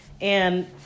And-